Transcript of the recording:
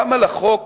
גם על החוק